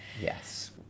Yes